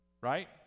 right